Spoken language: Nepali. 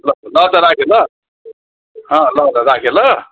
ल ल त राखेँ ल अँ ल ल राखेँ ल